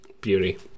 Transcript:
Beauty